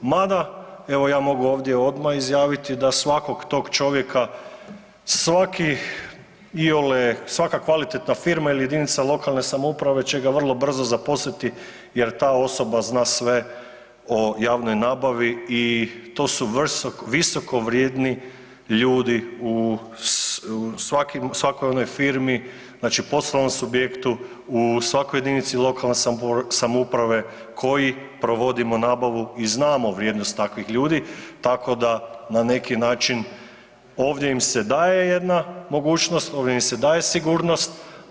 Mada evo ja mogu ovdje odmah izjaviti da svakog tog čovjeka svaki iole, svaka kvalitetna firma ili jedinica lokalne samouprave će ga vrlo brzo zaposliti jer ta osoba zna sve o javnoj nabavi i to su visoko vrijedni ljudi u svakoj onoj firmi znači poslovnom subjektu, u svakoj jedinici lokalne samouprave koji provodimo nabavu i znamo vrijednost takvih ljudi tako da na neki način ovdje im se daje jedna mogućnost, ovdje im se daje sigurnost.